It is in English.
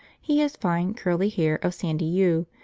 he has fine curly hair of sandy hue,